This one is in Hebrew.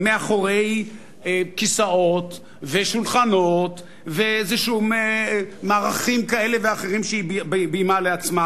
מאחורי כיסאות ושולחנות ואיזה מערכים כאלה ואחרים שהיא ביימה לעצמה,